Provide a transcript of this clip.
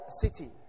city